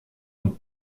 und